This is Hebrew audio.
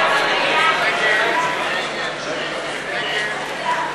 הודעת הממשלה על שינוי בחלוקת התפקידים בין השרים נתקבלה.